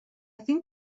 think